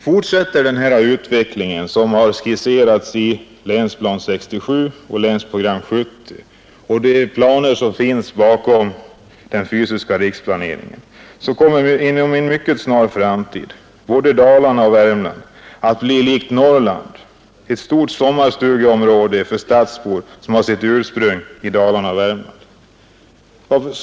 Fortsätter den utveckling som skisserats i Länsplan 67 och Länsprogram 70 och de planer som finns bakom den fysiska riksplaneringen, så kommer inom en mycket snar framtid Dalarna och Värmland att bli liksom Norrland — ett stort sommarstugeområde för stadsbor som har sitt ursprung i Dalarna eller Värmland.